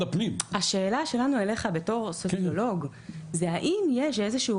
השאלה שלנו אליך בתוך סוציולוג זה האם יש איזשהו